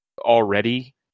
already